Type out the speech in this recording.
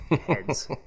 Heads